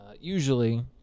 Usually